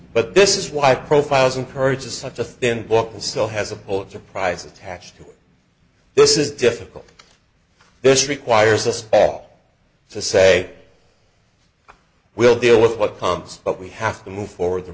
but this is why profiles in courage is such a thin book still has a pulitzer prize attached to this is difficult this requires us to say we'll deal with what comes but we have to move forward the